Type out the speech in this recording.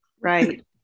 Right